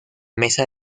mesa